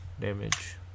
damage